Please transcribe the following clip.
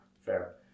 Fair